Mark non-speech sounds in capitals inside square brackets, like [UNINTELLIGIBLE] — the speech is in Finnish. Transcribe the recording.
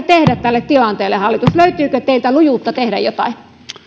[UNINTELLIGIBLE] tehdä tälle tilanteelle hallitus löytyykö teiltä lujuutta tehdä jotain